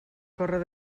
córrer